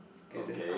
K then